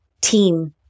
team